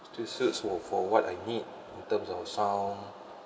still suits for for what I need in terms of sound